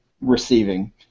receiving